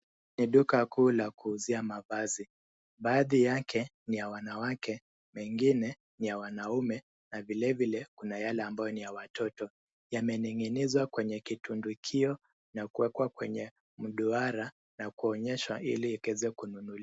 Ni duka kuu la kuuzia mavazi. Baadhi yake ni ya wanawake, mengine ni ya wanaume, na vile vile, kuna yale ambayo ni ya watoto. Yamening'inizwa kwenye kitundikio na kuekwa kwenye mduara na kuonyeshwa ili ikeze kununuliwa.